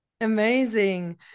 amazing